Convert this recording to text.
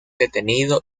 detenido